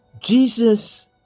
Jesus